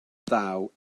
ddaw